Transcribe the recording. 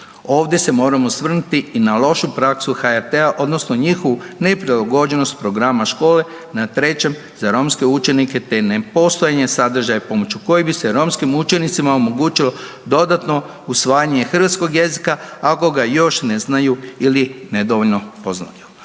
Ovdje se moram osvrnuti i na lošu praksu HRT-a odnosno njihovu neprilagođenost programima Škole na Trećem za romske učenike te nepostojanja sadržaja pomoću kojeg bi se romskim učenicima omogućilo dodatno usvajanje hrvatskog jezika ako ga još ne znaju ili nedovoljno poznaju.